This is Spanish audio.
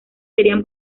serían